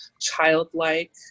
childlike